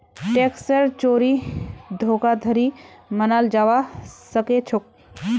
टैक्सेर चोरी धोखाधड़ी मनाल जाबा सखेछोक